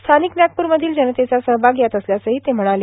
स्थानिक नागपूरमधील जनतेचा सहभाग यात असल्याचंही ते म्हणाले